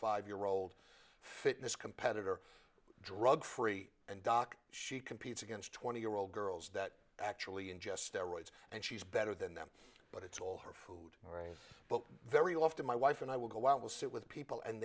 five year old fitness competitor drug free and doc she competes against twenty year old girls that actually ingest steroids and she's better than them but it's all her food all right but very often my wife and i will go out will sit with people and